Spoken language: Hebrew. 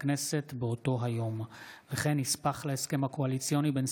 דברי הכנסת ד / מושב ראשון / ישיבות ט' י"א / י"א י"ג בכסלו התשפ"ב / 5